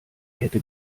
kette